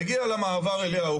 מגיע למעבר אליהו,